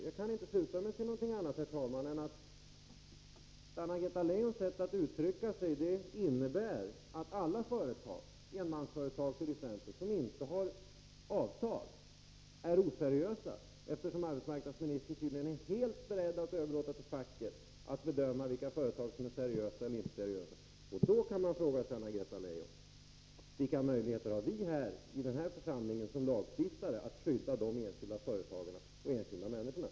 Jag kan inte sluta mig till någonting annat, herr talman, än att Anna-Greta Leijons sätt att uttrycka sig innebär att alla företag, t.ex. enmansföretag, som inte har avtal är oseriösa; eftersom hon tydligen är beredd att helt överlåta åt facket att bedöma vilka företag som är seriösa eller inte. Då kan man fråga: Vilka möjligheter har vi i denna församling såsom lagstiftare att skydda enskilda människor och enskilda företagare?